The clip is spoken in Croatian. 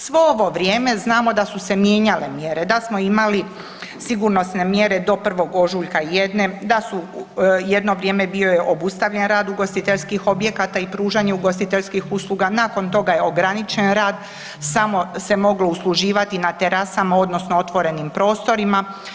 Svo ovo vrijeme znamo da su se mijenjale mjere, da smo imali sigurnosne mjere do 1. ožujka jedne, da su, jedno vrijeme bio je obustavljen rad ugostiteljskih objekata i pružanje ugostiteljskih usluga, nakon toga je ograničen rad, samo se moglo usluživati na terasama odnosno otvorenim prostorima.